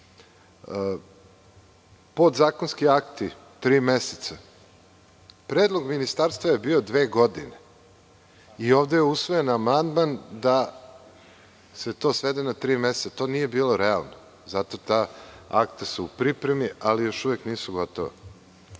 političke. Podzakonski akti, tri meseca. Predlog ministarstva je bio dve godine i ovde je usvojen amandman da se to svede na tri meseca. To nije bilo realno. Ta akta su u pripremi, ali još uvek nisu gotovi.